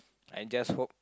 I just hope